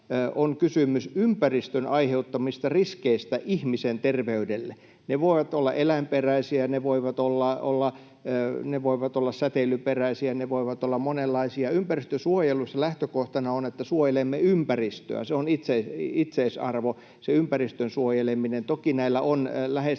on kysymys ympäristön ai-heuttamista riskeistä ihmisen terveydelle. Ne voivat olla eläinperäisiä, ne voivat olla säteilyperäisiä, ne voivat olla monenlaisia. Ympäristönsuojelussa lähtökohtana on, että suojelemme ympäristöä. Se on itseisarvo se ympäristön suojeleminen. Toki näillä on läheistä